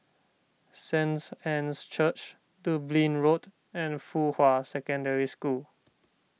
Saint's Anne's Church Dublin Road and Fuhua Secondary School